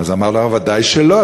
אמר לו הרב: ודאי שלא.